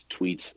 tweets